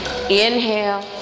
inhale